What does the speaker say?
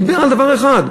הוא דיבר על דבר אחד,